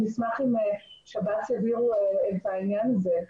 ונשמח אם שב"ס יבהירו את העניין הזה,